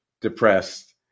depressed